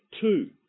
two